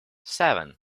seven